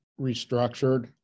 restructured